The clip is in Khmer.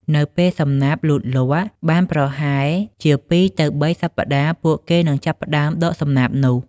នៅពេលសំណាបលូតលាស់បានប្រហែលជាពីរទៅបីសប្តាហ៍ ពួកគេនឹងចាប់ផ្តើមដកសំណាបនោះ។